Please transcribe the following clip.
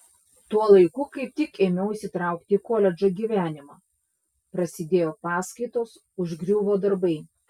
tuo laiku kaip tik ėmiau įsitraukti į koledžo gyvenimą prasidėjo paskaitos užgriuvo darbai